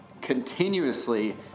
continuously